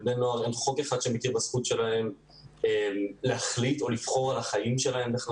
אין חוק אחד שמכיר בזכות שלהם להחליט על החיים שלהם.